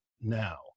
now